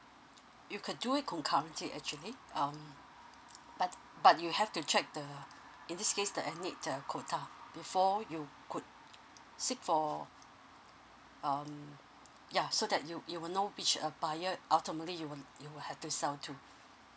you can do it concurrently actually um but but you have to check the in this case the ethnic uh quota before you could seek for um ya so that you you will know which uh buyer ultimately you will you'll have to sell to